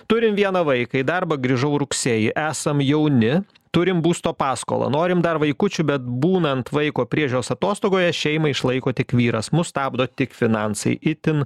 turim vieną vaiką į darbą grįžau rugsėjį esam jauni turim būsto paskolą norim dar vaikučių bet būnant vaiko priežiūros atostogoje šeimą išlaiko tik vyras mus stabdo tik finansai itin